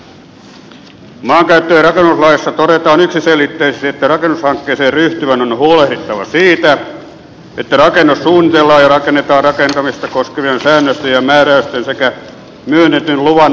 maankäyttö ja rakennuslaissa todetaan yksiselitteisesti että rakennushankkeeseen ryhtyvän on huolehdittava siitä että rakennus suunnitellaan ja rakennetaan rakentamista koskevien säännösten ja määräysten sekä myönnetyn luvan mukaisesti